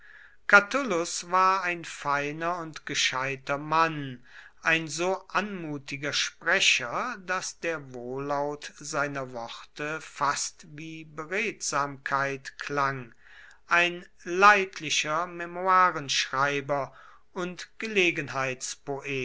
catulus war ein feiner und gescheiter mann ein so anmutiger sprecher daß der wohllaut seiner worte fast wie beredsamkeit klang ein leidlicher memoirenschreiber und